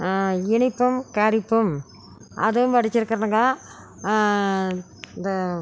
இனிப்பும் கரிப்பும் அதுவும் படிச்சுருக்கேனுங்க இந்த